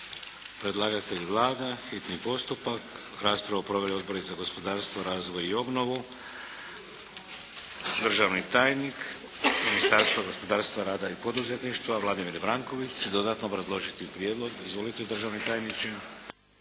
Predlagatelj Vlada. Hitni postupak. Raspravu su proveli Odbori za gospodarstvo, razvoj i obnovu. Državni tajnik Ministarstva gospodarstva, rada i poduzetništva Vladimir Vranković će dodatno obrazložiti prijedlog. Izvolite državni tajniče.